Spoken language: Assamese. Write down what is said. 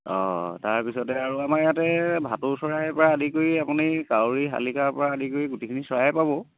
অঁ তাৰ পিছতে আৰু আমাৰ ইয়াতে ভাটৌ চৰাইৰপৰা আদি কৰি আপুনি কাউৰী শালিকাৰপৰা আদি কৰি গোটেইখিনি চৰাইয়ে পাব